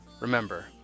remember